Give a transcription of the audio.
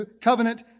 covenant